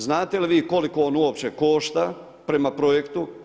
Znate li vi koliko on uopće košta prema projektu?